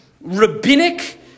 rabbinic